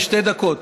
ועדת החינוך.